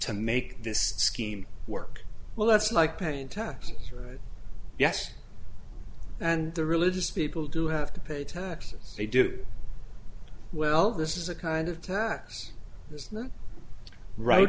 to make this scheme work well that's like paying taxes right yes and the religious people do have to pay taxes they do well this is a kind of t